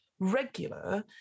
regular